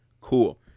Cool